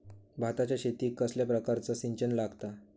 भाताच्या शेतीक कसल्या प्रकारचा सिंचन लागता?